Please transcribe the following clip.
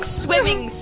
swimming